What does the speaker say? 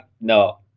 no